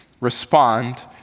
respond